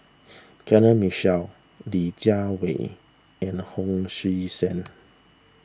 Kenneth Mitchell Li Jiawei and Hon Sui Sen